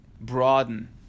broaden